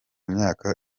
myaka